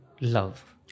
love